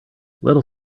little